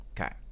okay